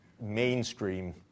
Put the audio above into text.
mainstream